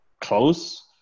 close